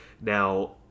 Now